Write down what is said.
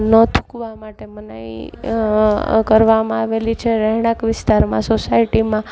ન થૂંકવા માટે મનાઈ કરવામાં આવેલી છે રહેણાંક વિસ્તારમાં સોસાયટીમાં